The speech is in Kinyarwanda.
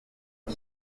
uko